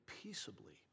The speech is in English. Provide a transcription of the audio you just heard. peaceably